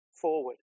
forward